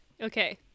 Okay